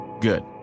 Good